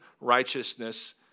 righteousness